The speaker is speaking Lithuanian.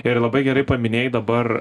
ir labai gerai paminėjai dabar